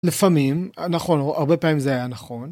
לפעמים, נכון, הרבה פעמים זה היה נכון.